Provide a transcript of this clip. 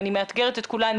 ואני מאתגרת את כולנו,